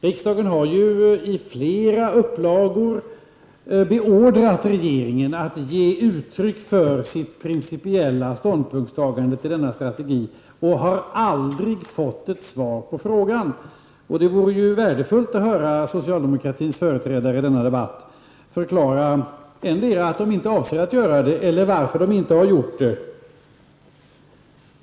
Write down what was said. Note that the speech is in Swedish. Riksdagen har ju i flera upplagor beordrat regeringen att ge uttryck för sitt principiella ståndpunktstagande till denna strategi och aldrig fått ett svar på frågan. Det vore ju värdefullt att höra socialdemokraternas företrädare i denna debatt förklara antingen att de inte avser att göra det eller varför de inte har gjort det.